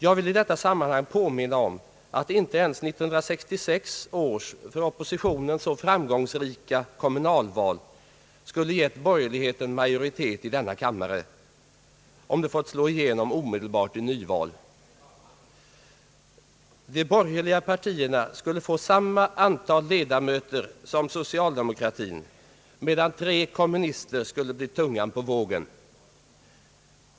Jag vill i detta sammanhang påminna om att inte ens 1966 års för opposi tionen så framgångsrika kommunalval skulle gett borgerligheten majoritet i denna kammare om resultatet fått slå igenom omedelbart i nyval. De borgerliga partierna skulle fått samma antal ledamöter som socialdemokratin, medan tre kommunister skulle bli tungan på vågen.